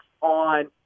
on